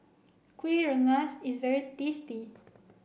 Kueh Rengas is very tasty